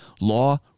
law